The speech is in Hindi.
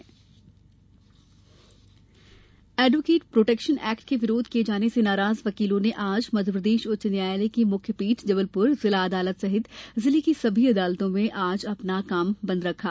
वकील विरोध एडवोकेट प्रौटेक्शन एक्ट के विरोध किये जाने से नाराज वकीलों ने आज मध्यप्रदेश उच्च न्यायालय की मुख्य पीठ जबलपुर जिला अदालत सहित जिले की सभी अदालतों में आज अपना काम बंद रखा